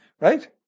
Right